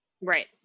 Right